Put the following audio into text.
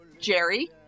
Jerry